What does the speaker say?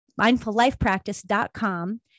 mindfullifepractice.com